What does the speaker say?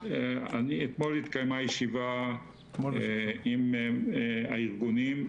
אתמול התקיימה ישיבה עם הארגונים.